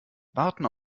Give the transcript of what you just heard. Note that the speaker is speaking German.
warten